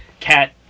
cat